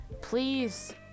please